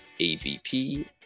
AVP